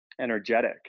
energetic